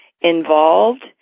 involved